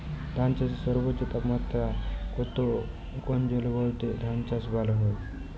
ধান চাষে সর্বোচ্চ তাপমাত্রা কত কোন জলবায়ুতে ধান চাষ ভালো হয়?